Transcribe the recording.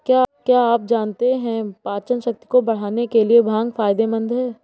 क्या आप जानते है पाचनशक्ति को बढ़ाने के लिए भांग फायदेमंद है?